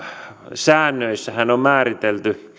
säännöissä on määritelty